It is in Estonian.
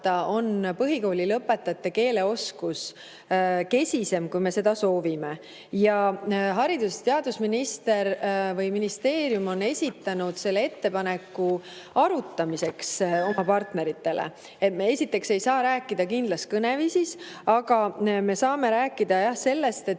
on põhikoolilõpetajate keeleoskus kesisem, kui me seda soovime. Haridus‑ ja Teadusministeerium on esitanud selle ettepaneku arutamiseks oma partneritele. Me esiteks ei saa rääkida kindlas kõneviisis, aga me saame rääkida sellest, et